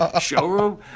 showroom